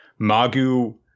Magu